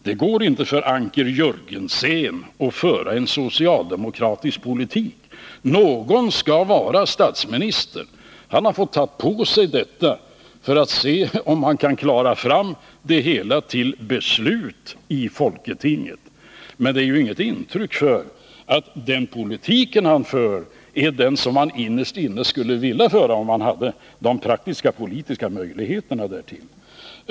Det går inte för Anker Jörgensen att föra en socialdemokratisk politik. Någon skall vara statsminister, och han har fått ta på sig den uppgiften för att se om han kan klara nödvändiga åtgärder fram till beslut i folketinget. Men dessa åtgärder behöver inte vara uttryck för den politik han innerst inne skulle vilja föra, om han hade de praktiska politiska möjligheterna därtill.